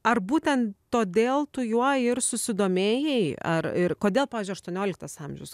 ar būtent todėl tu juo ir susidomėjai ar ir kodėl pavyzdžiui aštuonioliktas amžius